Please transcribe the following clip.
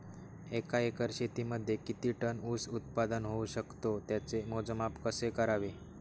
एका एकर शेतीमध्ये किती टन ऊस उत्पादन होऊ शकतो? त्याचे मोजमाप कसे करावे?